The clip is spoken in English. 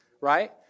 right